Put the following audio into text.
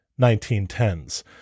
1910s